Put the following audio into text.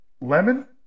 lemon